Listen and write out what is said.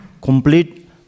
complete